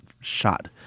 shot